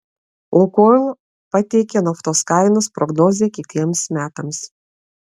lukoil pateikė naftos kainos prognozę kitiems metams